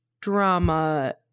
drama